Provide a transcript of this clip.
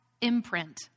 imprint